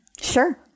Sure